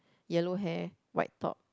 yellow hair white top